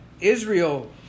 Israel